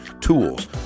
tools